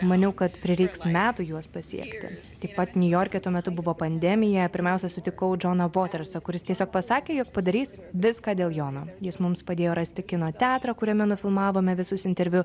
maniau kad prireiks metų juos pasiekti taip pat niujorke tuo metu buvo pandemija pirmiausia sutikau džoną votersą kuris tiesiog pasakė jog padarys viską dėl jono jis mums padėjo rasti kino teatrą kuriame nufilmavome visus interviu